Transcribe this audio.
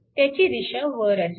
त्याची दिशा वर असेल